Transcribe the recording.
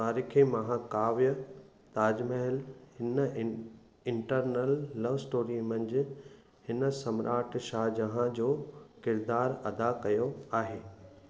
तारीख़े महाकाव्य ताजमहल हिन इं इंटरनल लव स्टोरी मंझंदि हिन सम्राट शाहजहां जो किरिदारु अदा कयो आहे